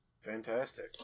Fantastic